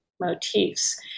motifs